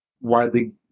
widely